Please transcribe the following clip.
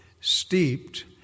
steeped